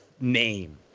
name